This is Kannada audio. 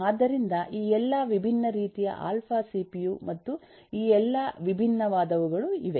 ಆದ್ದರಿಂದ ಈ ಎಲ್ಲಾ ವಿಭಿನ್ನ ರೀತಿಯ ಆಲ್ಫಾ ಸಿಪಿಯು ಮತ್ತು ಈ ಎಲ್ಲಾ ವಿಭಿನ್ನವಾದವುಗಳು ಇವೆ